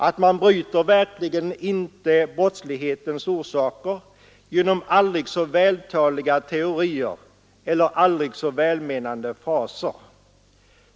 Men man avhjälper inte brottslighetens orsaker genom aldrig så vältaliga teorier eller aldrig så välmenande fraser.